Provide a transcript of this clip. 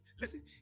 listen